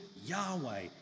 Yahweh